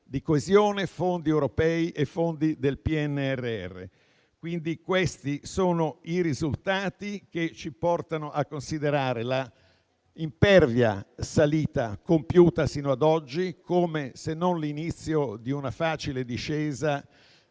di coesione, fondi europei e fondi del PNRR. Questi risultati ci portano a considerare l'impervia salita compiuta sino ad oggi se non come l'inizio di una facile discesa,